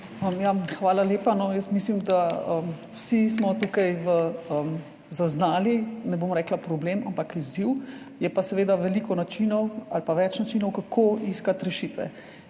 Hvala lepa. Jaz mislim, da smo vsi tukaj zaznali, ne bom rekla problem, ampak izziv, je pa seveda veliko načinov ali pa več načinov, kako iskati rešitve.